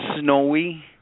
snowy